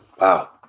wow